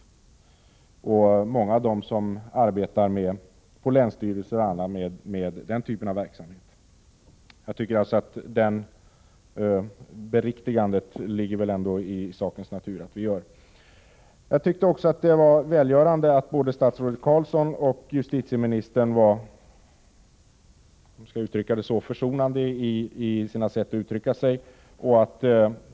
Det gäller alltså många av dem som på länsstyrelser och på andra håll arbetar med sådan verksamhet. Att vi gör ett sådant beriktigande ligger väl ändå i sakens natur. Jag tyckte också att det var välgörande att både statsrådet Carlsson och justitieministern var så försonande i sättet att uttrycka sig.